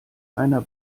einer